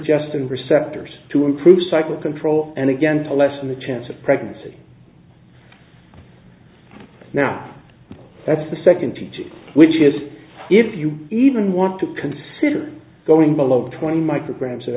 protesting receptors to improve cycle control and again to lessen the chance of pregnancy now that's the second teaching which is if you even want to consider going below twenty micrograms